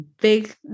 big